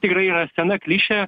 tikrai yra sena klišė